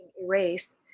erased